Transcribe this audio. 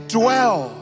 dwell